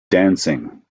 dancing